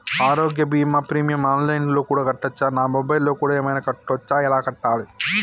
ఆరోగ్య బీమా premium online లో కూడా కట్టచ్చా? నా మొబైల్లో కూడా ఏమైనా కట్టొచ్చా? ఎలా కట్టాలి?